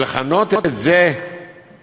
אבל לכנות את זה איראן?